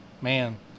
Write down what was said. man